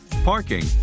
parking